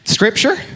Scripture